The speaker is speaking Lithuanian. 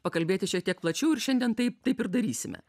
pakalbėti šiek tiek plačiau ir šiandien taip taip ir darysime